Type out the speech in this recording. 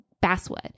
Basswood